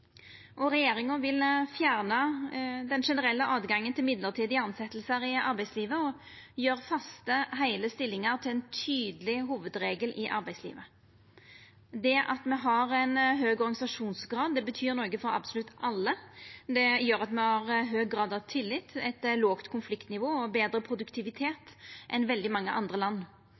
og regjeringa vil fjerna det generelle høvet til midlertidige tilsetjingar i arbeidslivet og gjera faste, heile stillingar til ein tydeleg hovudregel i arbeidslivet. Det at me har ein høg organisasjonsgrad, betyr noko for absolutt alle. Det gjer at me har høg grad av tillit, eit lågt konfliktnivå og betre produktivitet enn veldig mange andre land.